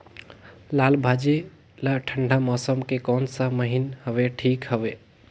लालभाजी ला ठंडा मौसम के कोन सा महीन हवे ठीक हवे?